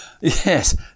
Yes